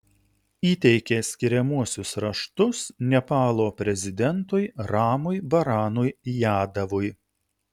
įteikė skiriamuosius raštus nepalo prezidentui ramui baranui yadavui